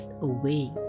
away